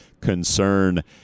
concern